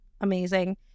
Amazing